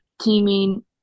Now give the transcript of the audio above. teaming